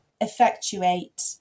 effectuate